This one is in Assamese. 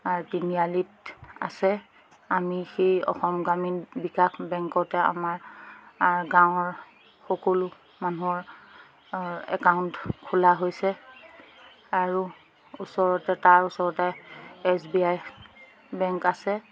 আমাৰ তিনিআলিত আছে আমি সেই অসম গ্ৰামীণ বিকাশ বেংকতে আমাৰ গাঁৱৰ সকলো মানুহৰ একাউণ্ট খোলা হৈছে আৰু ওচৰতে তাৰ ওচৰতে এছ বি আই বেংক আছে